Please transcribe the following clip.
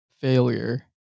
failure